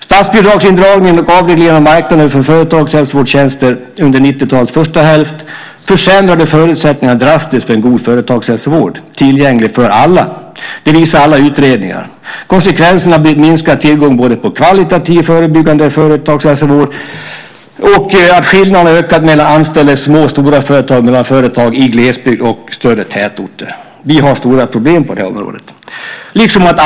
Statsbidragsindragningen och avregleringen av marknaden för företagshälsovårdstjänster under 90-talets första hälft försämrade förutsättningarna drastiskt för en god företagshälsovård, tillgänglig för alla. Det visar alla utredningar. Konsekvenserna har blivit minskad tillgång på kvalitativ, förebyggande företagshälsovård, och skillnaderna har ökat mellan anställda i små och stora företag och mellan företag i glesbygd och i större tätorter. Vi har stora problem på det här området.